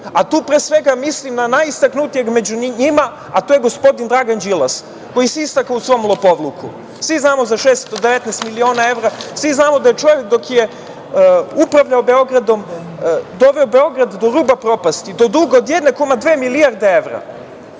Tu pre svega mislim na najistaknutijeg među njima, a to je gospodin Dragan Đilas, koji se istakao u svom lopovluku. Svi znamo za 619 miliona evra, svi znamo da je čovek dok je upravljao Beogradom doveo Beograd do ruba propasti, do duga od 1,2 milijarde evra,